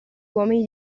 uomini